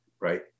right